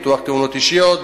ביטוח תאונות אישיות,